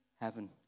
heaven